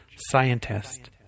scientist